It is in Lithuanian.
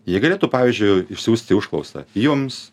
jie galėtų pavyzdžiui išsiųsti užklausą jums